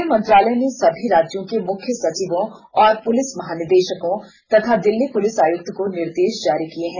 गृह मंत्रालय ने सभी राज्यों के मुख्य सचिवों और पुलिस महानिदेशकों तथा दिल्ली पुलिस आयुक्त को निर्देश जारी किये हैं